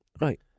Right